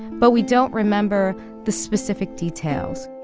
but we don't remember the specific details